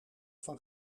van